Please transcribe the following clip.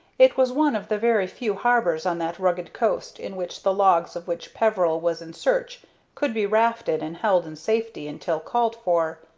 it was one of the very few harbors on that rugged coast in which the logs of which peveril was in search could be rafted and held in safety until called for.